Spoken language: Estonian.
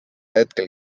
hetkel